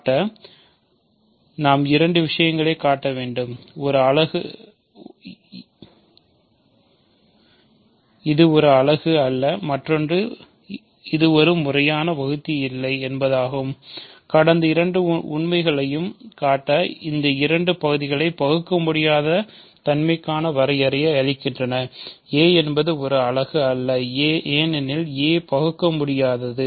காட்ட நாம் இரண்டு விஷயங்களைக் காட்ட வேண்டும் ஒரு அலகு அல்ல மற்றொன்று ஒரு முறையான வகுத்திகள் இல்லை இந்த இரண்டு உண்மைகளையும் காட்ட இந்த இரண்டு பகுதிகளும் பகுக்கமுடியாத தன்மைக்கான வரையறையை அளிக்கின்றன a என்பது ஒரு அலகு அல்ல ஏனெனில் a பகுக்கமுடியாதது